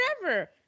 forever